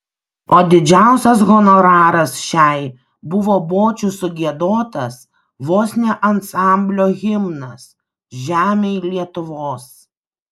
o didžiausias honoraras šiai buvo bočių sugiedotas vos ne ansamblio himnas žemėj lietuvos